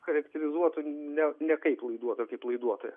charakterizuotų ne nekaip laiduotoją kaip laiduotoją